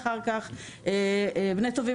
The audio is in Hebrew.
בני טובים,